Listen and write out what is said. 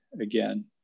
again